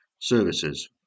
services